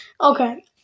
Okay